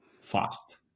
fast